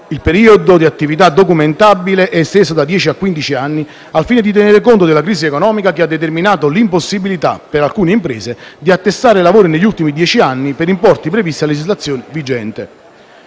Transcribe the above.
Il periodo di attività documentabile è esteso da dieci a quindici anni, al fine di tenere conto della crisi economica che ha determinato l'impossibilità per alcune imprese di attestare lavori negli ultimi dieci anni per gli importi previsti a legislazione vigente.